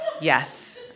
yes